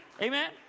Amen